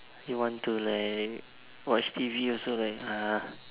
you want to like watch T_V also like ah